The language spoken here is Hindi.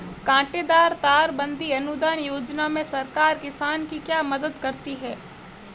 कांटेदार तार बंदी अनुदान योजना में सरकार किसान की क्या मदद करती है?